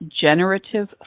generative